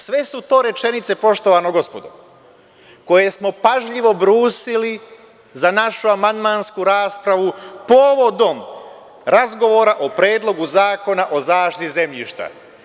Sve su to rečenice, poštovana gospodo koje smo pažljivo brusili, za našu amandmansku raspravu, povodom razgovora o Predlogu zakona o zaštiti zemljišta.